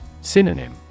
Synonym